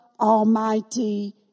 Almighty